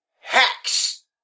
hacks